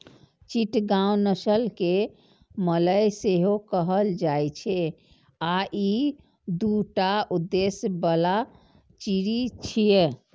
चिटगांव नस्ल कें मलय सेहो कहल जाइ छै आ ई दूटा उद्देश्य बला चिड़ै छियै